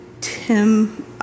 Tim